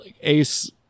Ace